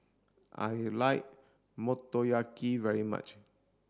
I like Motoyaki very much